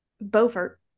Beaufort